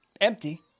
Empty